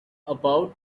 about